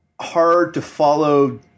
hard-to-follow